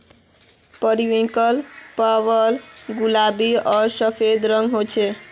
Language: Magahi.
पेरिविन्कल फ्लावर गुलाबी आर सफ़ेद रंगेर होचे